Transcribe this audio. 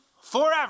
forever